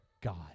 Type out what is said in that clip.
God